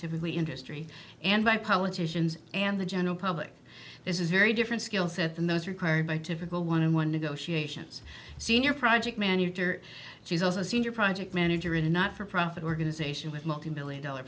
typically industry and by politicians and the general public this is very different skill set than those required by typical one in one negotiations senior project manager she's also senior project manager in a not for profit organization with multimillion dollar